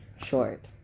short